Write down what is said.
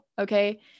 Okay